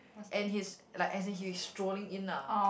and he's like as in he's strolling in lah